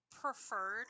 preferred